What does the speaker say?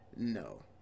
no